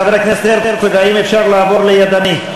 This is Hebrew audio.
חבר הכנסת הרצוג, האם אפשר לעבור לידני?